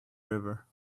river